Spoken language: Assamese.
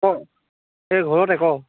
অঁ এই ঘৰতে ক'